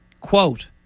Quote